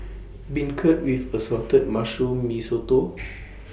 Beancurd with Assorted Mushrooms Mee Soto